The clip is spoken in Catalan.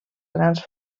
grans